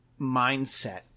mindset